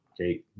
okay